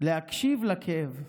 להקשיב לכאב,